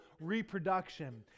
reproduction